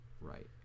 right